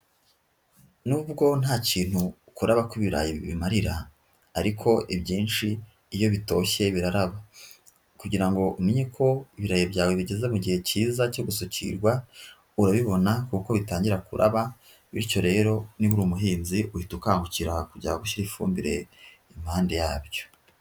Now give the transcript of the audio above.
Nubwo ntakintu kuraba kw'ibirayi bimarira, ariko ibyinshi iyo bitoshye biraraba. Kugira ngo umenye ko ibirayi byawe bigeze mu gihe cyiza cyo gusukirwa urabibona, kuko bitangira kuraba, bityo rero niba uri umuhinzi uhita ukangukira kujya gushyira ifumbire impande yabyo.